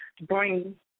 bring